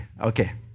Okay